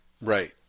Right